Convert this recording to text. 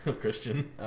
Christian